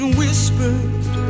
whispered